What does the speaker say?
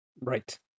Right